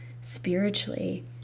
spiritually